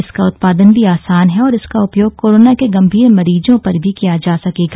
इसका उत्पादन भी आसान है और इसका उपयोग कोरोना के गंभीर मरीजों पर भी किया जा सकेगा